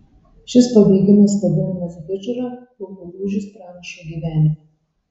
šis pabėgimas vadinamas hidžra buvo lūžis pranašo gyvenime